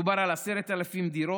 מדובר על 10,000 דירות,